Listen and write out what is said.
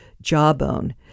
jawbone